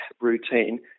routine –